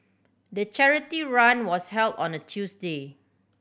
the charity run was held on a Tuesday